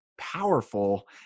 powerful